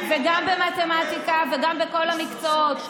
וגם במתמטיקה וגם בכל המקצועות,